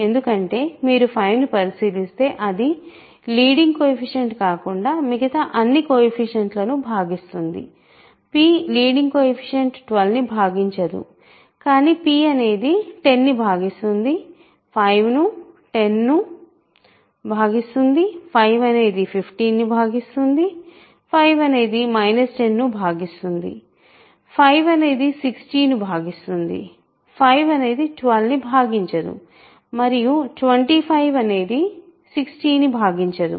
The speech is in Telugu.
ఎందుకంటే మీరు 5 ను పరిశీలిస్తే అది లీడింగ్ కోయెఫిషియంట్ కాకుండా మిగతా అన్ని కొయెఫిషియంట్స్లను భాగిస్తుంది p లీడింగ్ కోయెఫిషియంట్ 12 ను భాగించదు కానీ p అనేది 10 ను భాగిస్తుంది 5 ను10 ను భాగిస్తుంది 5 అనేది 50 ను భాగిస్తుంది 5 అనేది 10 ను భాగిస్తుంది 5 అనేది 60 ను భాగిస్తుంది 5 అనేది 12 ను భాగించదు మరియు 25 అనేది 60 ను భాగించదు